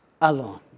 alone